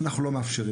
אנחנו לא מאפשרים.